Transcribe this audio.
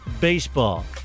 baseball